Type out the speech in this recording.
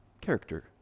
Character